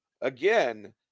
Again